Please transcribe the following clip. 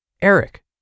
Eric